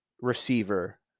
receiver